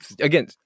again